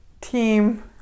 team